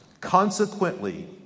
Consequently